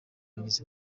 abagizi